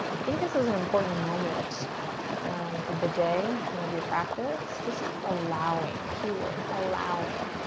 i think this is an important moment of the day and of your practice, just allowing, key word, allowing.